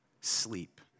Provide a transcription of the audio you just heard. sleep